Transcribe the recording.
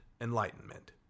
enlightenment